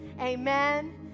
amen